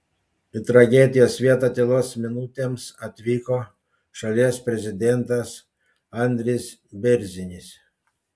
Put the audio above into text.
į tragedijos vietą tylos minutėms atvyko šalies prezidentas andris bėrzinis